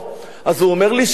אז הוא אומר לי: שיטת השמיכה.